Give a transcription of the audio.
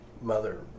mother